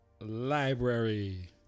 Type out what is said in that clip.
library